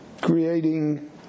creating